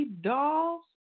dolls